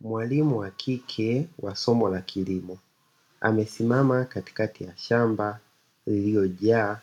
Mwalimu wa kike wa somo la kilimo amesimama katikati ya shamba lililojaa